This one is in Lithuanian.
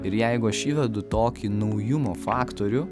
ir jeigu aš įvedu tokį naujumo faktorių